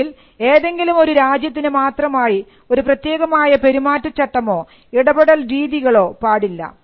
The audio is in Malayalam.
അല്ലെങ്കിൽ ഏതെങ്കിലും ഒരു രാജ്യത്തിനു മാത്രമായി ഒരു പ്രത്യേകമായ പെരുമാറ്റച്ചട്ടമോ ഇടപെടൽ രീതികളോ പാടില്ല